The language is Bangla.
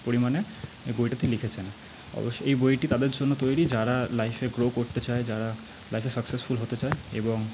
পরিমাণে এ বইটাতে লিখেছেন অবশ্য এই বইটি তাদের জন্য তৈরি যারা লাইফে গ্রো করতে চায় যারা লাইফে সাকসেসফুল হতে চায় এবং